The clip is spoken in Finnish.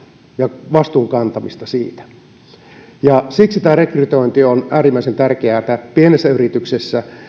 ja vastuun kantamista siitä siksi rekrytointi on äärimmäisen tärkeätä pienessä yrityksessä